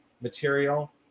material